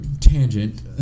Tangent